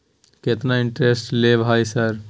केतना इंटेरेस्ट ले भाई सर?